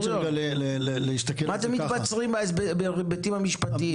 למה אתם מתבצרים בהיבטים המשפטיים?